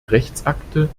rechtsakte